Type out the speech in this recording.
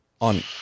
on